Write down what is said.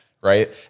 Right